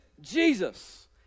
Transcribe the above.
Jesus